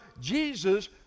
Jesus